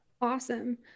Awesome